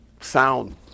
sound